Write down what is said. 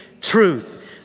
Truth